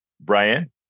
Brian